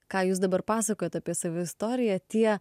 ką jūs dabar pasakojot apie savo istoriją tie